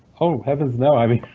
oh, heavens no! i mean